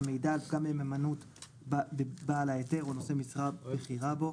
המעידה על סמי מהימנות בעל ההיתר או נושא משרה בכירה בו.